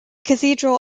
cathedral